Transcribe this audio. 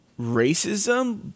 racism